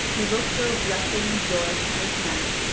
who looked for a blessing and joy from this knight,